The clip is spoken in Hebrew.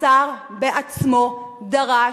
השר בעצמו דרש,